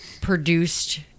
produced